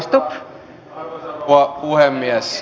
arvoisa rouva puhemies